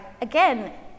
again